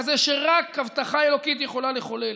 כזה שרק הבטחה אלוקית יכולה לחולל: